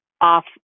off